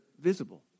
visible